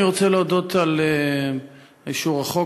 אני רוצה להודות על אישור החוק,